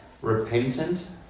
repentant